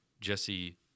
Jesse